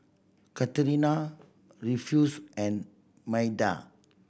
Katerina Rufus and Maida